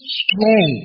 strong